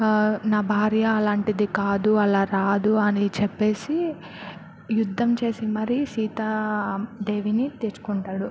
నా భార్య అలాంటిది కాదు అలా రాదు అని చెప్పేసి యుద్ధం చేసి మరి సీతా దేవిని తెచ్చుకుంటాడు